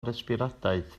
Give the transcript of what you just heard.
resbiradaeth